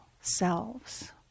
selves